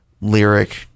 lyric